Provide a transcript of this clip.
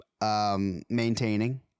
maintaining